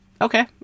Okay